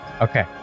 Okay